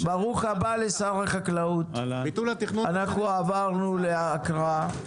ברוך הבא לשר החקלאות, אנחנו עברנו להקראה.